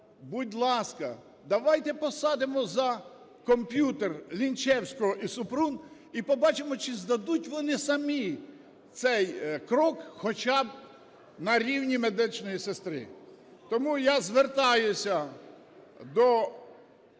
будь ласка, давайте посадимо за комп'ютер Лінчевського і Супрун, і побачимо, чи здадуть вони самі цей "Крок" хоча б на рівні медичної сестри. Тому я звертаюся до